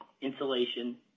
insulation